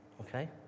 Okay